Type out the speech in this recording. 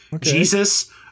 Jesus